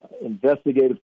investigative